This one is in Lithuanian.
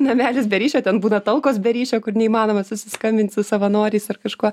namelis be ryšio ten būna talkos be ryšio kur neįmanoma susiskambint su savanoriais ar kažkuo